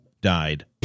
died